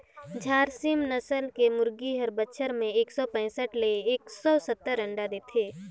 झारसीम नसल के मुरगी हर बच्छर में एक सौ पैसठ ले एक सौ सत्तर अंडा देथे